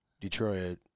Detroit